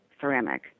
ceramic